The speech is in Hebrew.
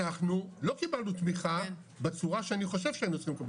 אנחנו לא קיבלנו תמיכה בצורה שאני חושב שהיינו צריכים לקבל.